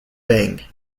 byng